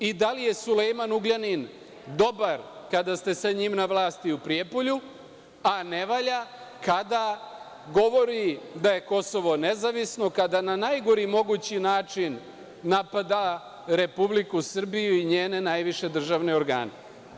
I, da li je Sulejman Ugljanin dobar kada ste sa njim u vlasti u Prijepolju, a ne valja, kada govori da je Kosovo nezavisno kada na najgori mogući način napada Republiku Srbiju i njene najviše državne organe?